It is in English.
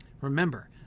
Remember